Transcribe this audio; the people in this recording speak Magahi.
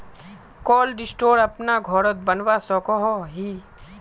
कोल्ड स्टोर अपना घोरोत बनवा सकोहो ही?